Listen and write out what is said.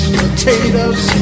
potatoes